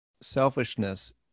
selfishness